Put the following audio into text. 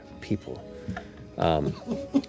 people